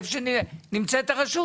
היכן שנמצאת הרשות,